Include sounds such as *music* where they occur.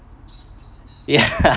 ya *laughs*